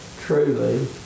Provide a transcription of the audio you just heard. truly